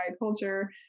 culture